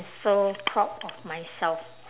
so proud of myself